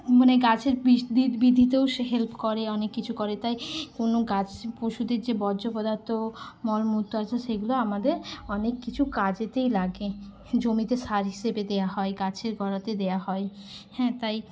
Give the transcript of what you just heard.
মানে গাছের বৃদ্ধিতেও সে হেল্প করে অনেক কিছু করে তাই কোনো গাছ পশুদের যে বর্জ্য পদার্থ মলমূত্র আছে সেগুলো আমাদের অনেক কিছু কাজেতেই লাগে জমিতে সার হিসেবে দেওয়া হয় গাছের গোড়াতে দেওয়া হয় হ্যাঁ তাই